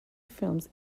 films